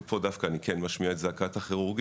ופה אני דווקא כן משמיע את זעקת הכירורגים: